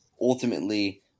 ultimately